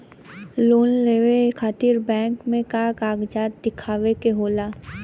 Loan लेवे खातिर bank मे का कागजात दिखावे के होला?